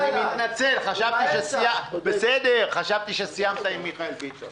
אני מתנצל, חשבתי שסיימת לענות למיכאל ביטון.